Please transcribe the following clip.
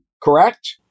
correct